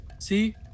see